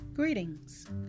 Greetings